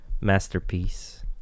masterpiece